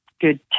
good